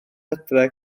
adre